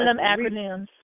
acronyms